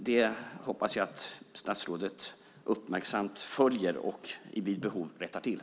Det hoppas jag att statsrådet uppmärksamt följer och vid behov rättar till.